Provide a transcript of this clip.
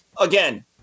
Again